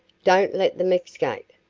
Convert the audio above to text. don't let them escape.